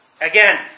Again